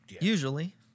Usually